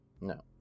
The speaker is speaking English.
No